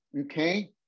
okay